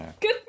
Good